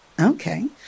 okay